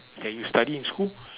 that you study in school